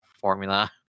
formula